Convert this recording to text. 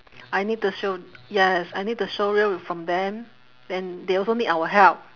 I need the show yes I need the showreel from them then they also need our help